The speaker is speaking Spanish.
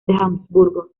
habsburgo